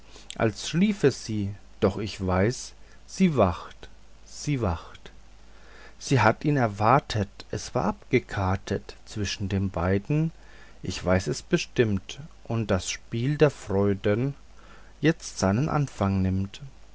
als schliefe sie doch ich weiß sie wacht sie wacht sie hat ihn erwartet es war abgekartet zwischen den beiden ich weiß es bestimmt und daß das spiel der freuden jetzt seinen anfang nimmt